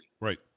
right